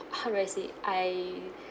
how do I say I